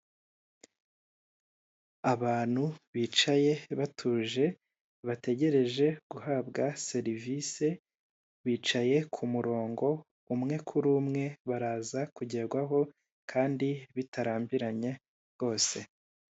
Abantu bicaye batuje bategereje guhabwa serivise bicaye ku murongo umwe kuri umwe baraza kugerwaho kandi bitarambiranye rwose.